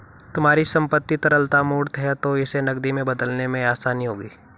तुम्हारी संपत्ति तरलता मूर्त है तो इसे नकदी में बदलने में आसानी होगी